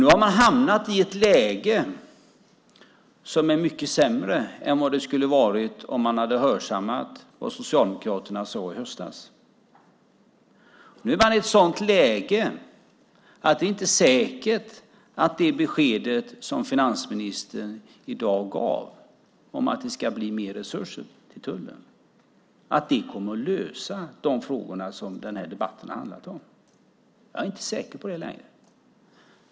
Nu har man hamnat i ett läge som är mycket sämre än vad det skulle ha varit om man hade hörsammat vad Socialdemokraterna sade i höstas. Nu är man i ett sådant läge att det inte är säkert att det besked som finansministern i dag gav om att det ska bli mer resurser till tullen kommer att lösa de frågor som debatten har handlat om. Jag är inte längre säker på det.